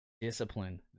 discipline